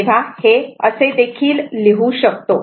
तेव्हा हे असे देखील लिहू शकतो